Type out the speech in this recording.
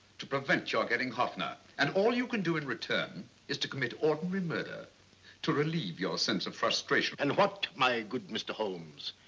to prevent your getting hoffner and all you can do in return is to commit ordinary murder to relieve your sense of frustration. and what, my good mr. holmes,